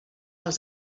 els